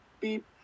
beep